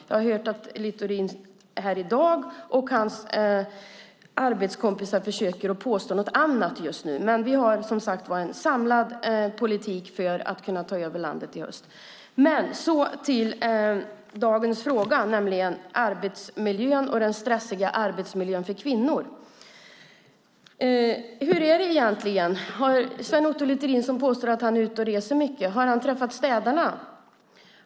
Jag har hört att Littorin här i dag och hans arbetskompisar försöker att påstå något annat, men vi har som sagt en samlad politik för att kunna ta över landet i höst. Så till dagens fråga, nämligen den stressiga arbetsmiljön för kvinnor. Hur är det egentligen? Har Sven Otto Littorin, som påstår att han är ute och reser mycket, träffat städarna?